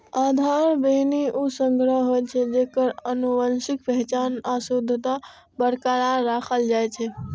आधार बीहनि ऊ संग्रह होइ छै, जेकर आनुवंशिक पहचान आ शुद्धता बरकरार राखल जाइ छै